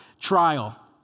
trial